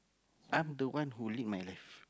I'm the one who lead my life